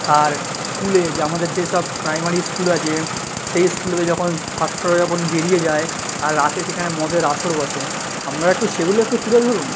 আর স্কুলে যে আমাদের যে সব প্রাইমারি স্কুল আছে সেই স্কুলেতে যখন ছাত্ররা যখন বেরিয়ে যায় আর রাতে সেখানে মদের আসর বসে আপনারা একটু সেগুলো একটু তুলে ধরুন